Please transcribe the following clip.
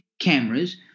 cameras